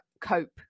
cope